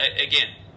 again